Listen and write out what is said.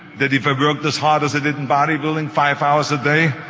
that if i worked as hard as i did in body building, five hours a day.